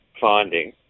finding